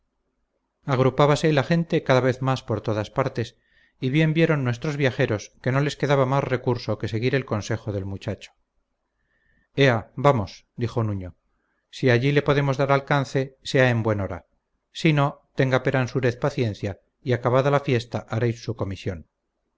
corriendo agrupábase la gente cada vez más por todas partes y bien vieron nuestros viajeros que no les quedaba más recurso que seguir el consejo del muchacho ea vamos dijo nuño si allí le podemos dar alcance sea en buen hora si no tenga peransúrez paciencia y acabada la fiesta haréis su comisión